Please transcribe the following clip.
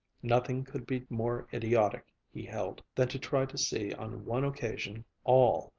nothing could be more idiotic, he held, than to try to see on one occasion all,